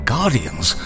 guardians